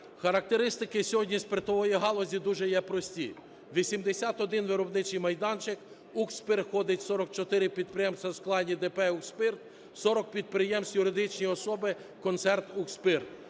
Характеристики сьогодні спиртової галузі дуже є прості. 81 виробничий майданчик, в "Укрспирт" входить 44 підприємства, в складі ДП "Укрспирт", 40 підприємств – юридичні особи концерн "Укрспирт".